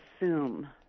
assume